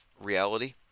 reality